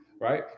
right